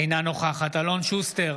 אינה נוכחת אלון שוסטר,